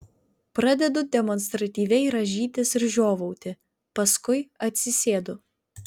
pradedu demonstratyviai rąžytis ir žiovauti paskui atsisėdu